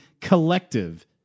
collective